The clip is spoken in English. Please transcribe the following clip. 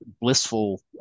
blissful